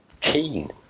keen